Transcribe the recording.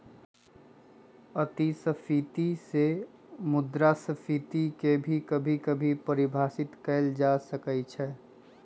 अतिस्फीती से मुद्रास्फीती के भी कभी कभी परिभाषित कइल जा सकई छ